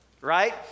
right